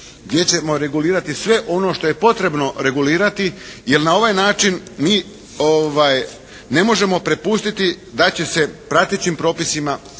gdje ćemo regulirati sve ono što je potrebno regulirati, jer na ovaj način mi ne možemo prepustiti da će se pratećim propisima